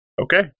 Okay